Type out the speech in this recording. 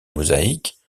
mosaïques